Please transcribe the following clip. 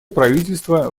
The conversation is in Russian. правительства